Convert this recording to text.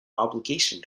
obligation